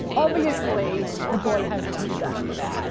obviously, the boy has two dads.